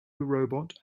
robot